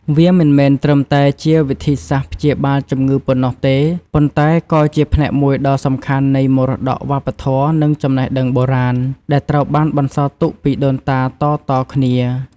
វាមិនមែនត្រឹមតែជាវិធីសាស្ត្រព្យាបាលជំងឺប៉ុណ្ណោះទេ ប៉ុន្តែក៏ជាផ្នែកមួយដ៏សំខាន់នៃ មរតកវប្បធម៌ និងចំណេះដឹងបុរាណ ដែលត្រូវបានបន្សល់ទុកពីដូនតាតៗគ្នា។